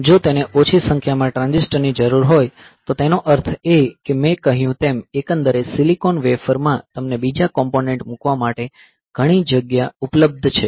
જો તેને ઓછી સંખ્યામાં ટ્રાન્ઝિસ્ટર ની જરૂર હોય તો તેનો અર્થ એ કે મેં કહ્યું તેમ એકંદરે સિલિકોન વેફર માં તમને બીજા કોમ્પોનેંટ મૂકવા માટે ઘણી જગ્યા ઉપલબ્ધ છે